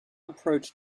approach